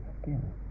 skin